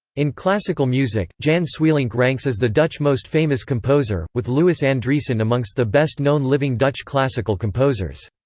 in classical music, jan sweelinck ranks as the dutch most famous composer, with louis andriessen amongst the best known living dutch classical composers.